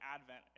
Advent